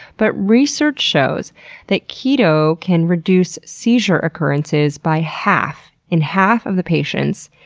but research shows that keto can reduce seizure occurrences by half in half of the patients.